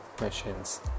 machines